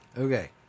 Okay